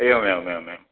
एवमेवम् एवमेवम्